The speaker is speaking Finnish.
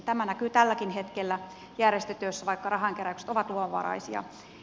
tämä näkyy tälläkin hetkellä järjestötyössä vaikka rahankeräykset ovat luvanvaraisia